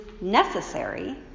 necessary